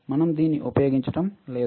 మనం దీన్ని ఉపయోగించడం లేదు